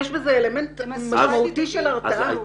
יש בזה אלמנט משמעותי של הרתעה.